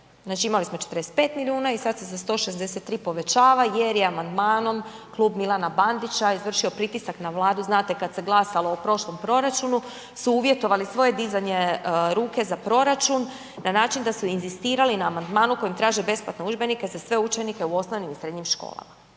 znači imali smo 45 milijuna i sad se za 163 povećava jer je amandmanom Klub Milana Bandića izvršio pritisak na Vladu, znate kad se glasalo o prošlom proračunu su uvjetovali svoje dizanje ruke za proračun na način da su inzistirali na amandmanu kojim traže besplatne udžbenike za sve učenike u osnovnim i srednjim školama